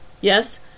Yes